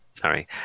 Sorry